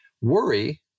worry